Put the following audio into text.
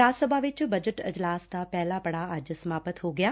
ਰਾਜ ਸਭਾ ਵਿਚ ਬਜਟ ਅਜਲਾਸ ਦਾ ਪਹਿਲਾ ਪੜਾਅ ਅੱਜ ਸਮਾਪਤ ਹੋ ਗਿਐ